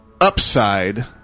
upside